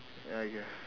ya I guess